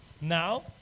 Now